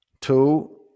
two